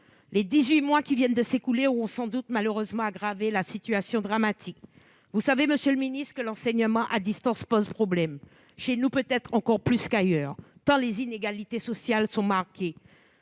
mois qui viennent de s'écouler auront sans doute, malheureusement, aggravé cette situation dramatique. Vous savez, monsieur le secrétaire d'État, que l'enseignement à distance pose problème, chez nous peut-être encore plus qu'ailleurs, tant les inégalités sociales sont marquées.